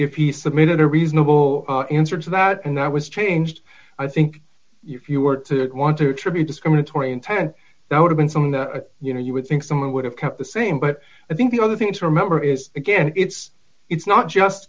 if he submitted a reasonable answer to that and that was changed i think if you were to want to attribute discriminatory intent that would have been some of the you know you would think someone would have kept the same but i think the other thing to remember is again it's it's not just